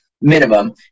minimum